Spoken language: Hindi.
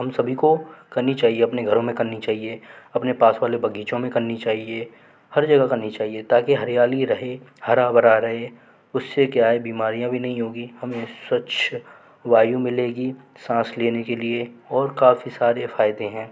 हम सभी को करनी चाहिए अपने घरों में करनी चाहिए अपने पास वाले बग़ीचों में करनी चाहिए हर जगह करनी चाहिए ताकि हरयाली रहे हरा भरा रहे उससे क्या है बीमारियाँ भी नहीं होगी हमें स्वच्छ वायु मिलेगी सांस लेने के लिए और काफ़ी सारे फ़ायदे हैं